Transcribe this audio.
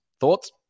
Thoughts